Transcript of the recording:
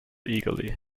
eagerly